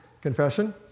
Confession